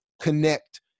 connect